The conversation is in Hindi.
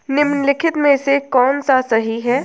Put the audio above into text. निम्नलिखित में से कौन सा सही है?